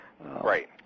Right